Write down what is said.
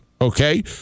Okay